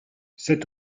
sept